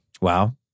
Wow